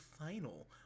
final